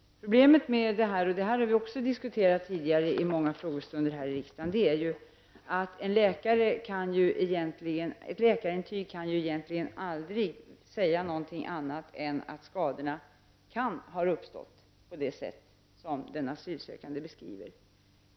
Problemet med detta, vilket vi också har beskrivit vid många frågestunder i riksdagen, är att läkarintyget egentligen aldrig kan säga någonting annat än att skadorna kan ha uppkommit på det sätt som den asylsökande beskriver.